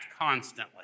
constantly